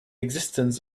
existence